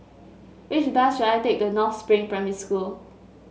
which bus should I take to North Spring Primary School